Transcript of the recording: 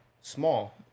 Small